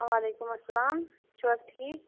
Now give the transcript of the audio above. وعلیکُم اسَلام تُہۍ چھُو حظ ٹھیٖک